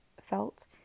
felt